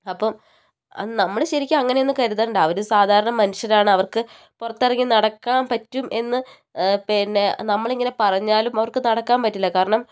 അപ്പം അത് നമ്മൾ ശരിക്കും അങ്ങനെയൊന്നും കരുതണ്ട അവർ സാധാരണ മനുഷ്യരാണ് അവർക്ക് പുറത്തിറങ്ങി നടക്കാൻ പറ്റും എന്ന് പിന്നെ നമ്മളിങ്ങനെ പറഞ്ഞാലും അവർക്ക് നടക്കാൻ പറ്റില്ല കാരണം